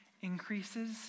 increases